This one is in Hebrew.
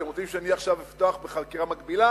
אתם רוצים שאני אפתח עכשיו בחקירה מקבילה?